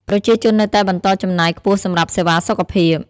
ប្រជាជននៅតែបន្តចំណាយខ្ពស់សម្រាប់សេវាសុខភាព។